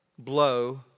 Blow